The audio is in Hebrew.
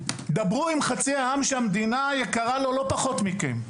דברו עם חצי העם שהמדינה הזו חשובה לו לא לפחות מלכם,